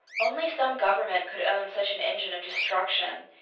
only some government could own such an engine of destruction,